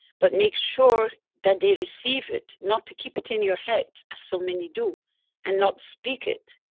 but make sure that they receive it. not to keep it in your head. so many do and not speak it.